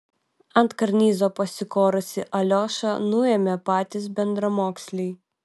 ant karnizo pasikorusį aliošą nuėmė patys bendramoksliai